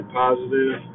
positive